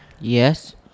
Yes